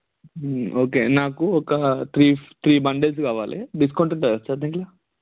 okay నాకు ఒక three three bundles కావాలి డిస్కౌంట్ ఉంటుందా సార్ దీంట్లో